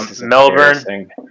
Melbourne